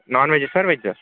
non వెజ్జా sir వెజ్జా